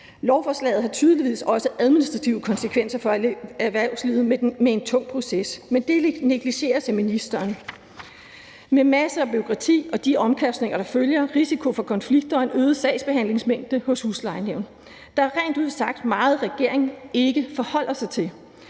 Lovforslaget har tydeligvis også administrative konsekvenser for erhvervslivet med tunge processer med masser af bureaukrati og de omkostninger, der følger, en risiko for konflikter og en øget sagsbehandlingsmængde hos huslejenævn, men det negligeres af ministeren. Der er rent ud sagt meget, regeringen ikke forholder sig til.